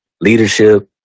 leadership